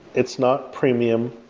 it's not premium.